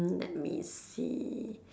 let me see